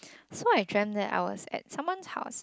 so I dreamt that I was at someone's house